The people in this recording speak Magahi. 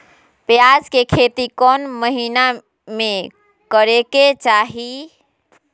प्याज के खेती कौन महीना में करेके चाही?